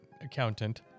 accountant